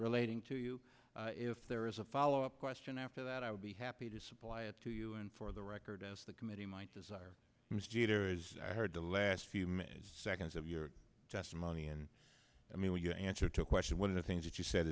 relating to you if there is a follow up question after that i would be happy to supply it to you and for the record as the committee might desire jeter is i heard the last few minutes seconds of your testimony and i mean when you answer to question one of the things that you said